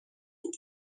بود